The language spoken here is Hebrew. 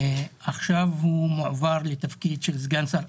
עכשיו הוא מועבר לתפקיד של סגן שר.